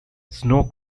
snow